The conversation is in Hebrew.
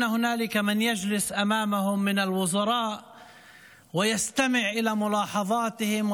יש מישהו שיושב מולם מהשרים ומקשיב להערות שלהם,